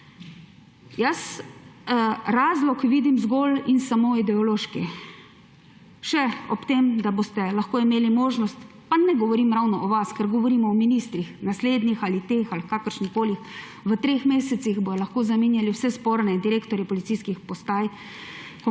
Jaz razlog vidim zgolj in samo ideološki. Še ob tem, da boste lahko imeli možnost, pa ne govorim ravno o vas, ker govorimo o ministrih, naslednjih ali teh ali kakršnihkoli, v treh mesecih bodo lahko zamenjali vse sporne direktorje policijskih postaj,